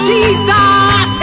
Jesus